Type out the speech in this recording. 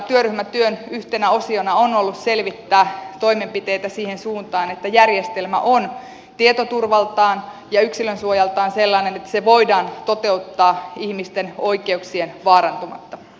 työryhmätyön yhtenä osiona on ollut selvittää toimenpiteitä siihen suuntaan että järjestelmä on tietoturvaltaan ja yksilönsuojaltaan sellainen että se voidaan toteuttaa ihmisten oikeuksien vaarantumatta